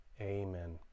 Amen